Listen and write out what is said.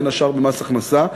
בין השאר במס הכנסה.